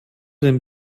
den